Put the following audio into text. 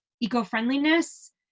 eco-friendliness